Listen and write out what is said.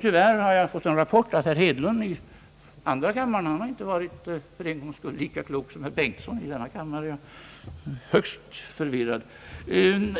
Tyvärr har jag fått en rapport att herr Hedlund i andra kammaren för en gångs skull inte har varit lika klok som herr Bengtson i denna kammare — jag är högst förvirrad — utan